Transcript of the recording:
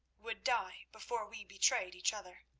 would die before we betrayed each other.